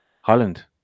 Holland